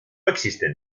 existen